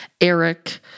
Eric